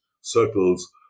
circles